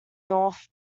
north